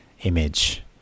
image